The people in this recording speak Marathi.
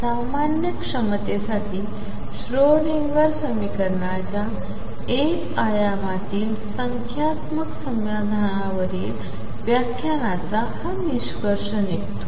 सामान्य क्षमतेसाठी श्रोडिंगर समीकरणाच्या एक आयामातील संख्यात्मक समाधानावरील व्याख्यानाचा हा निष्कर्ष निघतो